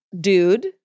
dude